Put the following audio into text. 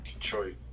Detroit